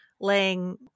laying